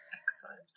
Excellent